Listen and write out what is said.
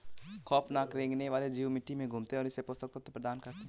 खौफनाक रेंगने वाले जीव मिट्टी में घूमते है और इसे पोषक तत्व प्रदान करते है